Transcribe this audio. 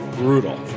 Brutal